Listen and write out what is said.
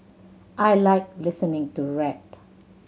I like listening to rap